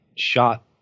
shot